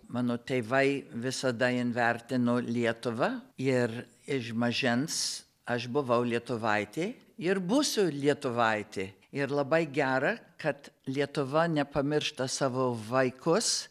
mano tėvai visada jan vertino lietuvą ir iš mažens aš buvau lietuvaitė ir būsiu lietuvaitė ir labai gera kad lietuva nepamiršta savo vaikus